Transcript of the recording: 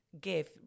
give